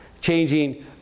changing